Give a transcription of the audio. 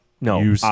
No